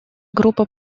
группа